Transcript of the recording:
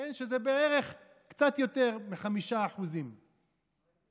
שזה בערך קצת יותר מ-5% ייקור.